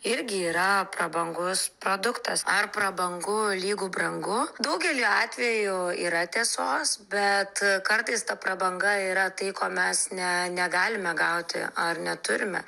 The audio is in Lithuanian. irgi yra prabangus produktas ar prabangu lygu brangu daugeliu atvejų yra tiesos bet kartais ta prabanga yra tai ko mes ne negalime gauti ar neturime